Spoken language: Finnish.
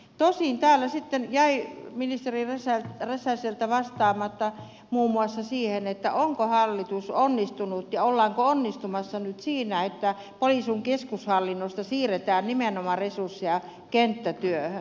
tosin täällä sitten jäi ministeri räsäseltä vastaamatta muun muassa siihen onko hallitus onnistunut ja ollaanko onnistumassa nyt siinä että poliisin keskushallinnosta siirretään resursseja nimenomaan kenttätyöhön